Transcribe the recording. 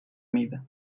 mida